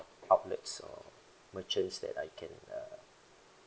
outlets or merchants that I can uh